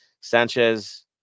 Sanchez